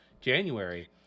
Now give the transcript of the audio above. January